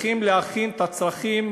צריכים להכין את הצרכים